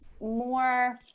more